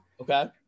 Okay